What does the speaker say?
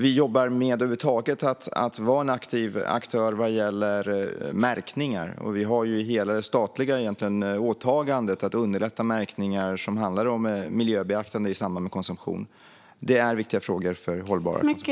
Vi jobbar med att över huvud taget vara en aktiv aktör vad gäller märkningar, och vi har ett statligt åtagande att underlätta märkningar som handlar om miljöbeaktande i samband med konsumtion. Det är viktiga frågor för hållbar konsumtion.